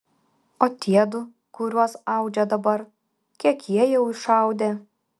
o tie du kuriuos audžia dabar kiek jie jau išaudė